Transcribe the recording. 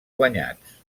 guanyats